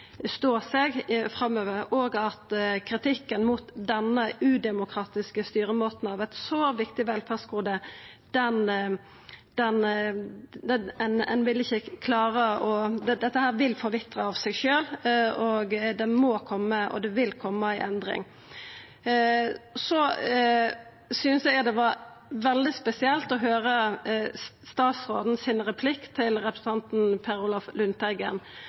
stå seg framover, med all kritikken mot denne udemokratiske styremåten for eit så viktig velferdsgode. Dette vil forvitre av seg sjølv. Det må koma og det vil koma ei endring. Eg synest det var veldig spesielt å høyra statsråden sitt replikksvar til representanten Per Olaf Lundteigen.